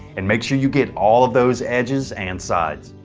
and make sure you get all of those edges and sides.